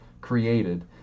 created